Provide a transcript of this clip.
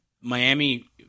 Miami